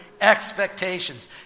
expectations